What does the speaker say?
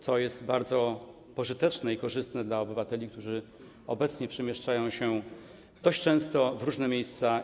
To jest bardzo pożyteczne i korzystne dla obywateli, którzy obecnie przemieszczają się dość często w różne miejsca.